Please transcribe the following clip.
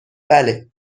بله